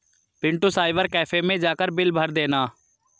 Pintu cyber cafe मैं जाकर bill भर देना